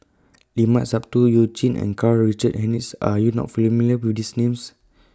Limat Sabtu YOU Jin and Karl Richard Hanitsch Are YOU not familiar with These Names